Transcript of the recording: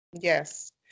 Yes